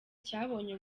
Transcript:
cyabonye